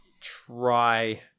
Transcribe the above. try